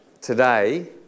Today